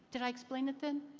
did i explain it, then?